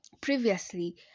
previously